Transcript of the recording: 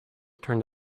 turned